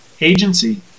agency